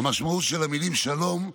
המשמעות של המילה שלום,